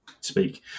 speak